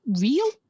real